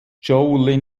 joe